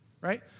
Right